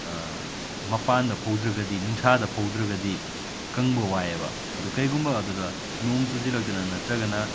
ꯃꯄꯥꯟꯗ ꯐꯧꯗ꯭ꯔꯒꯗꯤ ꯅꯨꯡꯁꯥꯗ ꯐꯧꯗ꯭ꯔꯒꯗꯤ ꯀꯪꯕ ꯋꯥꯏꯑꯕ ꯑꯗꯣ ꯀꯔꯤꯒꯨꯝꯕ ꯑꯗꯨꯗ ꯅꯣꯡ ꯆꯨꯁꯤꯜꯂꯛꯇꯅ ꯅꯠꯇ꯭ꯔꯒꯅ